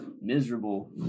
miserable